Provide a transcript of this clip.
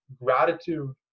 gratitude